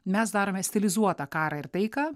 mes darome stilizuotą karą ir taiką